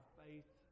faith